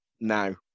now